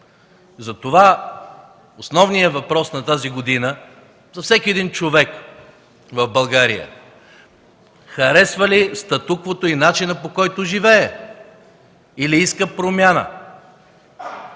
Затова основният въпрос тази година за всеки един човек в България е харесва ли статуквото и начина, по който живее, или иска промяна?